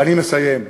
ואני מסיים.